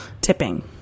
Tipping